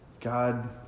God